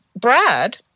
brad